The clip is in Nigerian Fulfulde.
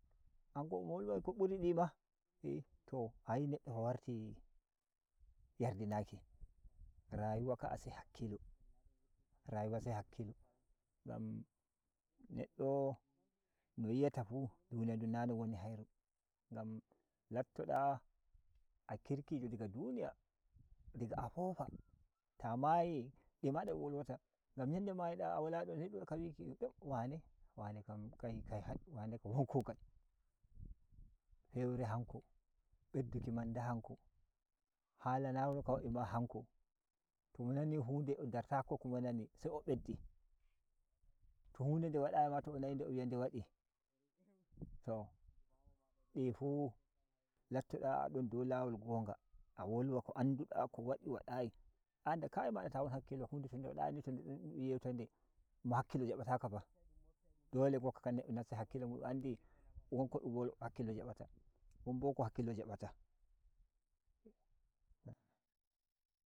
Hanko mo wolwai ko buri ni ma ayi neddo o warti yardinaki rayuwa ka’a se hakkilo rayuwa se hakkilo ngan neddo noyi ata fu duniya dun na non moni hairu ngam latto da a kirkijo daga duniya diga a fofa ta mayi di mada dun wolwata ngam ‘yam nde maida a wala don se dum wada ga wiki wane wane kan kaikai won kugal feure hank bedduki manda hanko hala nanon ka wa’I ma hanko to mon ani hu nde mo dartako ko mo nani se mo beddi to hu nde de wadayi ma to o nami mo wi’a nde wa di t di fu latto da adon dow lawol gonga a wolwa ko andu da ko wadi wadayi an a kaya ma ta won hakkilo hu nde to nde wadayi ni ta don yeta nde mo hakkio jabata ka fa dle neddo gokka kan nastai hakkolo mudun andi won ko dun hakkilo jabata wo bo ko hakkilo jabata.